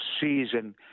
season